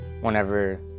whenever